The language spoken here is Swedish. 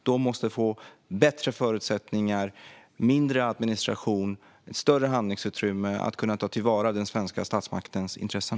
De måste få bättre förutsättningar, mindre administration och större handlingsutrymme att kunna ta till vara den svenska statsmaktens intressen.